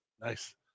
Nice